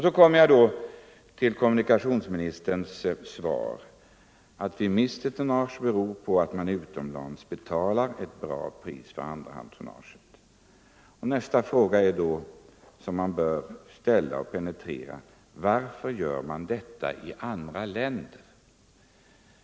Så kommer jag till kommunikationsministerns svar: Att vi mister tonnage beror på att man utomlands betalar ett bra pris för andrahandstonnaget. Nästa fråga som man bör ställa och penetrera är då: Varför gör man det i andra länder?